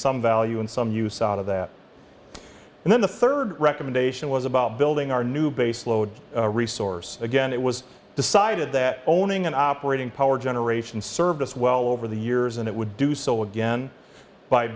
some value and some use out of that and then the third recommendation was about building our new base load resource again it was decided that owning and operating power generation served us well over the years and it would do so again by